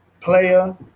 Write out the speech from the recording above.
Player